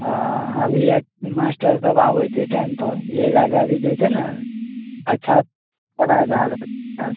हँ अभी अऽ मास्टर सब आबय छै टाइमपर इएहे लए कए अभी जे छै ने अच्छा पढ़ाइ भए रहल छै